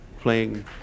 playing